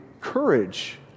courage